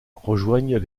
rejoignent